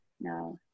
no